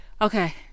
okay